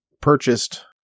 purchased